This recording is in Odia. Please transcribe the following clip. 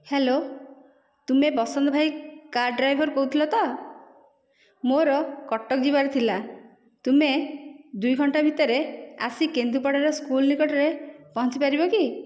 ହ୍ୟାଲୋ ତୁମେ ବସନ୍ତ ଭାଇ କାର ଡ୍ରାଇଭର କହୁଥିଲ ତ ମୋର କଟକ ଯିବାର ଥିଲା ତୁମେ ଦୁଇ ଘଣ୍ଟା ଭିତରେ ଆସି କେନ୍ଦୁପଡ଼ାର ସ୍କୁଲ ନିକଟରେ ପହଞ୍ଚି ପାରିବ କି